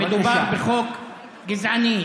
מדובר בחוק גזעני,